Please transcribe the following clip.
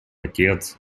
отец